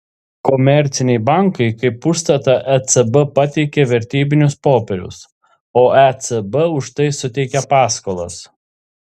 komerciniai bankai kaip užstatą ecb pateikia vertybinius popierius o ecb už tai suteikia paskolas